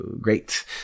great